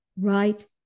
right